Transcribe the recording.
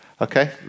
okay